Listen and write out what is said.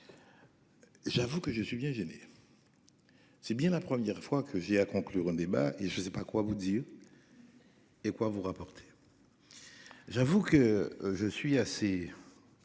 J'avoue que je suis bien gêné. C'est bien la première fois que j'ai à conclure un débat et je sais pas quoi vous dire. Et quoi vous rapporter. J'avoue que je suis assez.